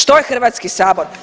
Što je Hrvatski sabor?